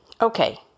Okay